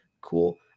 cool